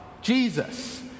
Jesus